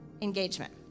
engagement